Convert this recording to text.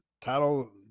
title